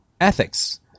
ethics